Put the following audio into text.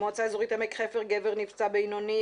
מועצה אזורית עמק חפר, גבר נפצע בינוני.